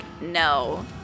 no